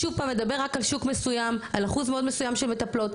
שוב פעם מדבר רק על שוק מסוים על אחוז מאוד מסוים של מטפלות,